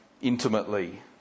intimately